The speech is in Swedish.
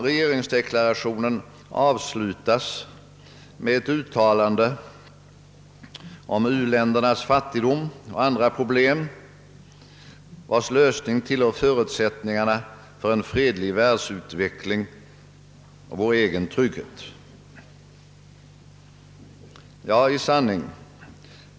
Regeringsdeklarationen avslutas med ett uttalande om u-ländernas fattigdom och andra problem, vilkas lösning tillhör förutsättningarna för en fredlig världsutveckling och för vår egen trygghet. Ja, i sanning!